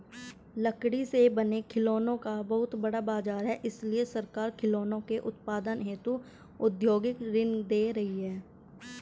लकड़ी से बने खिलौनों का बहुत बड़ा बाजार है इसलिए सरकार खिलौनों के उत्पादन हेतु औद्योगिक ऋण दे रही है